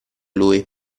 lui